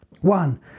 One